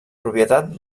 propietat